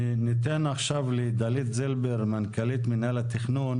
ניתן עכשיו לדלית זילבר מנכ"לית מינהל התכנון